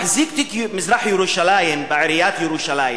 מחזיק תיק מזרח-ירושלים בעיריית ירושלים,